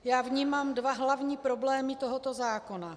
Já vnímám dva hlavní problémy tohoto zákona.